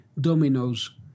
dominoes